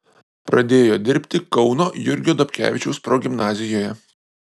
pradėjo dirbti kauno jurgio dobkevičiaus progimnazijoje